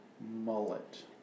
mullet